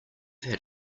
had